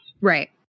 Right